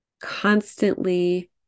constantly